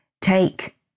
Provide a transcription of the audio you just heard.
take